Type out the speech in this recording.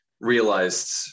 realized